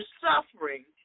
suffering